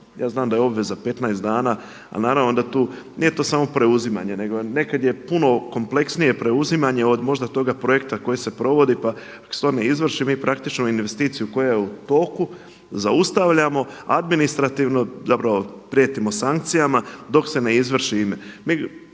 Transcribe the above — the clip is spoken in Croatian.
Ja znam da je obveza 15 dana a naravno da tu, nije to samo preuzimanje nego nekad je puno kompleksnije preuzimanje od možda toga projekta koji se provodi pa dok se to ne izvrši mi praktično investiciju koja je u toku zaustavljamo administrativno, zapravo prijetimo sankcijama dok se ne izvrši